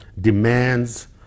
demands